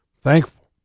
thankful